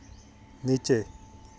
नीचे